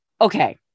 okay